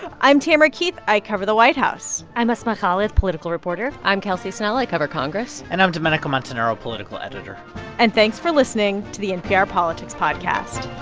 i'm tamara keith. i cover the white house i'm asma khalid, political reporter i'm kelsey snell. i cover congress and i'm domenico montanaro, political editor and thanks for listening listening to the npr politics podcast